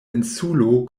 insulo